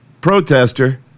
protester